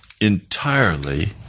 entirely